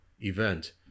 event